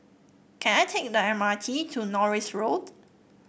can I take the M R T to Norris Road